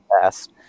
past